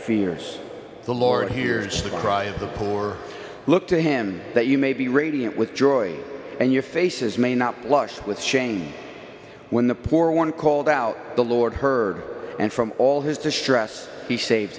fears the lord hears the cry of the poor look to him that you may be radiant with joy and your faces may not blush with shame when the poor one called out the lord heard and from all his distress he save